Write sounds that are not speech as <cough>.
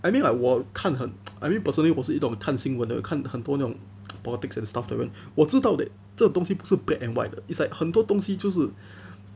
I mean like 我看很 <noise> I mean personally 我是一种看新闻的看很多那种 politics and stuff 的人我知道 that 这东西不是 black and white 的 it's like 很多东西就是 <breath>